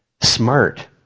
Smart